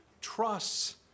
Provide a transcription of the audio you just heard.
trusts